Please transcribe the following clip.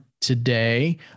today